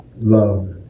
love